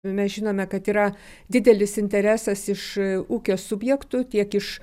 mes žinome kad yra didelis interesas iš ūkio subjektų tiek iš